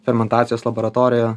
fermentacijos laboratorija